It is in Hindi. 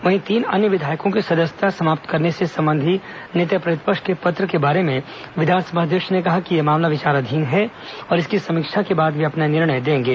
वहीं तीन अन्य विधायकों की सदस्यता समाप्त करने से संबंधी नेता प्रतिपक्ष के पत्र के बारे में विधानसभा अध्यक्ष ने कहा कि यह मामला विचाराधीन है और इसकी समीक्षा के बाद वे अपना निर्णय देंगे